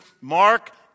Mark